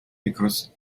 because